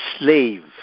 slave